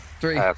Three